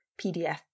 PDF